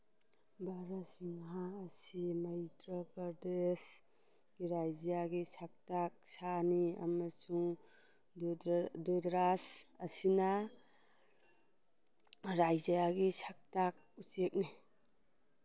ꯕꯔꯁꯤꯡꯍꯥ ꯑꯁꯤ ꯃꯩꯗ꯭ꯌ ꯄ꯭ꯔꯗꯦꯁ ꯔꯥꯏꯖ꯭ꯌꯒꯤ ꯁꯛꯇꯥꯛ ꯁꯥꯅꯤ ꯑꯃꯁꯨꯡ ꯗꯨꯗ꯭ꯔꯥꯖ ꯑꯁꯤꯅ ꯔꯥꯏꯖ꯭ꯌꯒꯤ ꯁꯛꯇꯥꯛ ꯎꯆꯦꯛꯅꯤ